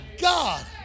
God